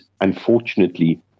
unfortunately